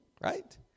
Right